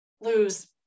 lose